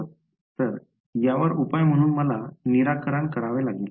तर यावर उपाय म्हणून मला निराकरण करावे लागेल